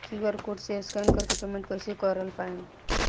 QR code से scan कर के पेमेंट कइसे कर पाएम?